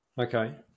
Okay